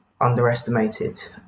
underestimated